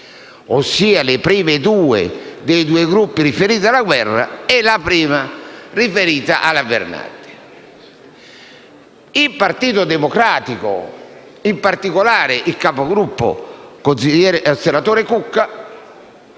ossia le prime due dei due gruppi riferiti alla Guerra e la prima riferita alla Berardi. Il Partito Democratico, in particolare il Capogruppo, senatore Cucca,